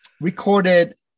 recorded